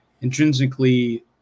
intrinsically